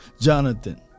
Jonathan